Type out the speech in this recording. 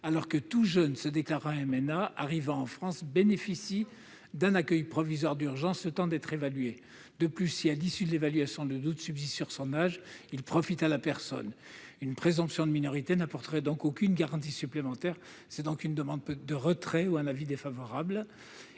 alors que tout jeune se déclarant MNA arrivant en France bénéficie d'un accueil provisoire d'urgence, le temps d'être évalué. De plus, si, à l'issue de l'évaluation, il subsiste un doute sur son âge, celui-ci profite à la personne. Une présomption de minorité n'apporterait donc aucune garantie supplémentaire. La commission demande donc le retrait de cet amendement